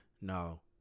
no